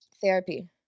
Therapy